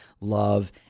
love